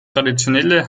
traditionelle